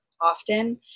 often